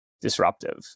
disruptive